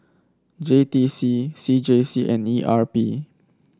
J T C C J C and E R P